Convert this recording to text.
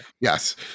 Yes